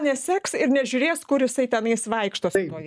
neseks ir nežiūrės kur jisai tenais vaikšto su tuo